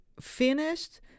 finished